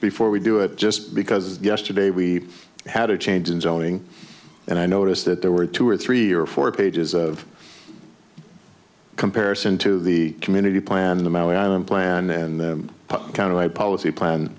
before we do it just because yesterday we had a change in zoning and i noticed that there were two or three or four pages of comparison to the community plan the maui island plan and kind of my policy plan